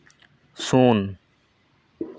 ᱥᱩᱱ